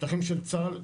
שטחים של צה"ל,